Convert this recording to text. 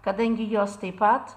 kadangi jos taip pat